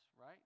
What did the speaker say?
right